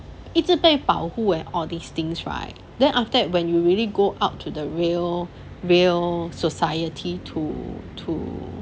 一直被保护 and all these things right then after that when you really go out to the real real society to to